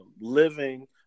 living